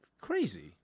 crazy